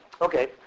Okay